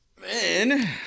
Man